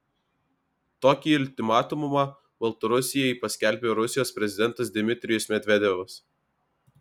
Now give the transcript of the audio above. tokį ultimatumą baltarusijai paskelbė rusijos prezidentas dmitrijus medvedevas